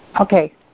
Okay